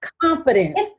confidence